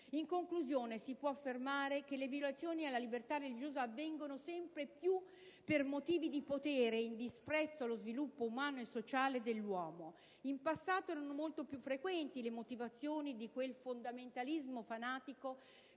e animisti. Si può affermare che le violazioni alla libertà religiosa avvengono sempre più per motivi di potere e in disprezzo allo sviluppo umano e sociale dell'uomo. In passato, erano molto più frequenti le motivazioni di quel fondamentalismo fanatico